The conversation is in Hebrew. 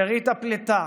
שארית הפליטה,